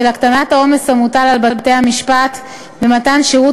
של הקטנת העומס המוטל על בתי-המשפט ומתן שירות